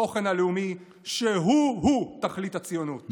התוכן הלאומי שהוא-הוא תכלית הציונות.